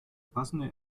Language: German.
passende